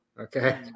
okay